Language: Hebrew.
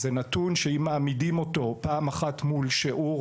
זה נתון שאם מעמידים אותו פעם אחת מול שיעור